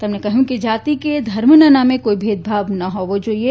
તેમણે કહ્યું કે જાતિ કે ધર્મના નામે કોઈ ભેદભાવ ન ફોવો જાઈએ